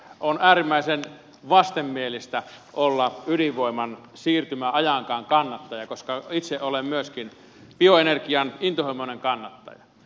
on äärimmäisen vastenmielistä olla ydinvoiman siirtymäajankaan kannattaja koska itse olen myöskin bioenergian intohimoinen kannattaja